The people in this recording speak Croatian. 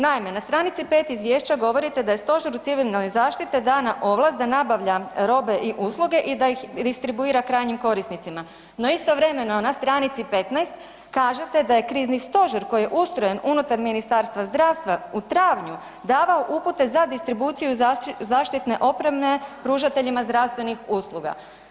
Naime, na stranici 5. izvješća govorite da je Stožeru civilne zaštite dana ovlast da nabavlja robe i usluge i da ih distribuira krajnjim korisnicima, no istovremeno na stranici 15. kažete da je krizni stožer koji je ustrojen unutar Ministarstva zdravstva u travnju davao upute za distribuciju zaštitne opreme pružateljima zdravstvenih usluga.